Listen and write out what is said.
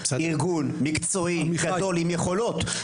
ארגון מקצועי גדול עם יכולות,